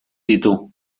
ditu